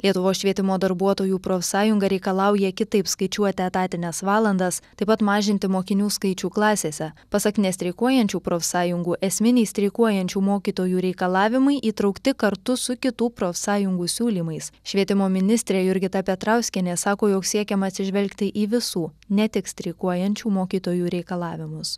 lietuvos švietimo darbuotojų profsąjunga reikalauja kitaip skaičiuoti etatines valandas taip pat mažinti mokinių skaičių klasėse pasak nestreikuojančių profsąjungų esminiai streikuojančių mokytojų reikalavimai įtraukti kartu su kitų profsąjungų siūlymais švietimo ministrė jurgita petrauskienė sako jog siekiama atsižvelgti į visų ne tik streikuojančių mokytojų reikalavimus